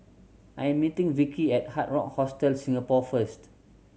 I am meeting Vicki at Hard Rock Hostel Singapore first